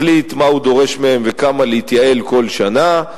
מחליט מה הוא דורש מהן, וכמה להתייעל כל שנה,